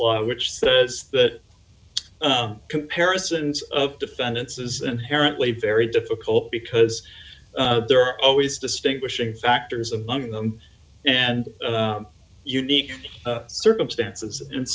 law which says that comparisons of defendants is inherently very difficult because there are always distinguishing factors among them and unique circumstances and